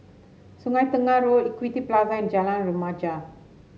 Sungei Tengah Road Equity Plaza and Jalan Remaja